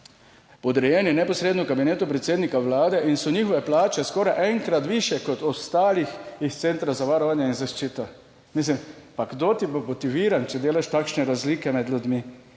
podrejeni neposredno v kabinetu predsednika vlade in so njihove plače skoraj enkrat višje kot ostalih iz Centra za varovanje in zaščito. Mislim, pa kdo ti bo motiviran, če delaš takšne razlike med ljudmi?